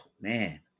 man